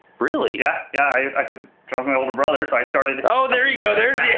really? yeah, yeah. cause john's my older brother so i started oh, there you go, there's